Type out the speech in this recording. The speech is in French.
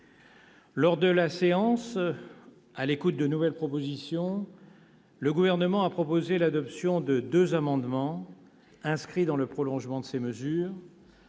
Lors de la séance, à l'écoute de nouvelles propositions, le Gouvernement a proposé l'adoption de deux amendements inscrits dans le prolongement de ces mesures